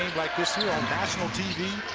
like this here on national tv,